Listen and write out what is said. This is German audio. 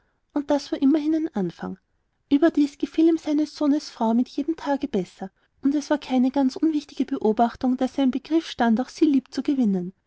und das war immerhin ein anfang ueberdies gefiel ihm seines sohnes frau mit jedem tage besser und es war keine ganz unwichtige beobachtung daß er im begriff stand auch sie lieb zu gewinnen